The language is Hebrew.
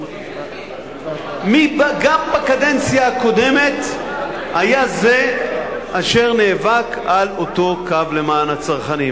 מי גם בקדנציה הקודמת היה זה אשר נאבק על אותו קו למען הצרכנים.